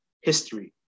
history